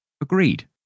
Agreed